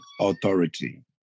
authority